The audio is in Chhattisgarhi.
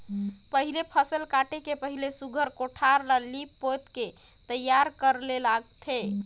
पहिले फसिल काटे के पहिले सुग्घर कोठार ल लीप पोत के तइयार करे ले लागथे